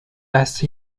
best